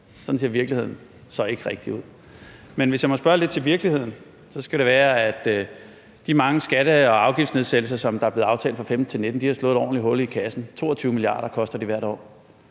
Sådan ser virkeligheden så ikke rigtig ud. Men hvis jeg må spørge lidt til virkeligheden, skal det handle om, at de mange skatte- og afgiftsnedsættelser, som er blevet aftalt fra 2015-2019, jo har slået et ordentlig hul i kassen – 22 mia. kr. koster de hvert år.